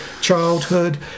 childhood